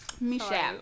Michelle